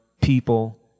people